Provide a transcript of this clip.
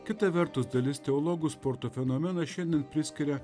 kita vertus dalis teologų sporto fenomeną šiandien priskiria